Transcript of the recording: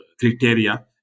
criteria